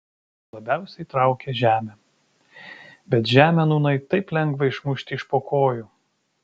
labiausiai traukė žemė bet žemę nūnai taip lengva išmušti iš po kojų